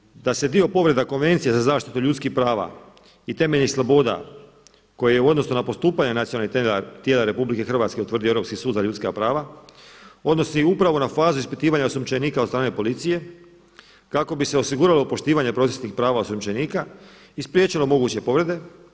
Imajući u vidu da se dio povreda Konvencije za zaštitu ljudskih prava i temeljnih sloboda koje je u odnosu na postupanje nacionalnih tijela RH utvrdio Europski sud za ljudska prava odnosi upravo na fazu ispitivanja osumnjičenika od strane policije kako bi se osiguralo poštivanje procesnih prava osumnjičenika i spriječilo moguće povrede.